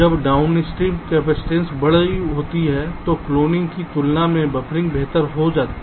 जब downstream capacitance बड़ी होती है तो क्लोनिंग की तुलना में बफरिंग बेहतर हो सकती है